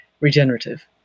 regenerative